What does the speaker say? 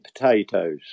potatoes